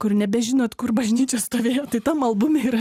kur nebežinot kur bažnyčia stovėjo tai tam albume yra